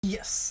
Yes